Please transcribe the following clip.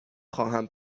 خواهم